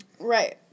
Right